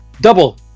double